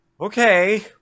okay